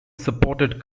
supported